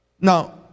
Now